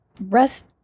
Rest